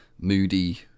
moody